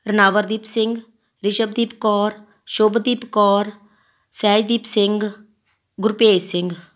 Ranawardeep Singh Vishavdeep Kaur Shubhdeep Kaur Sehajdeep Singh Gurbhej Singh